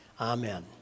Amen